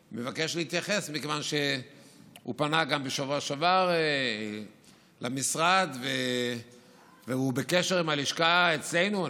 מכיוון שהוא פנה גם בשבוע שעבר למשרד והוא בקשר עם הלשכה אצלנו.